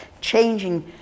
changing